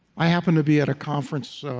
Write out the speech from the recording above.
i happened to be at a conference,